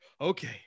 okay